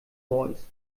voice